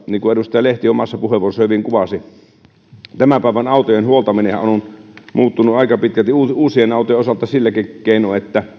niin kuin edustaja lehti omassa puheenvuorossaan hyvin kuvasi että tämän päivän autojen huoltaminenhan on muuttunut aika pitkälti uudempien autojen osalta silläkin keinoin että